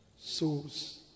souls